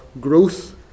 growth